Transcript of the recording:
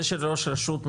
זה שלראש רשות מסוים,